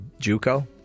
JUCO